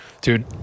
Dude